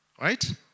Right